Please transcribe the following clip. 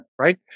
Right